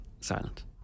silent